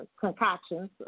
Concoctions